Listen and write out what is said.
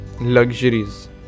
luxuries